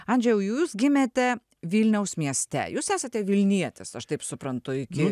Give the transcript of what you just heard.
andžėjau jūs gimėte vilniaus mieste jūs esate vilnietis aš taip suprantu iki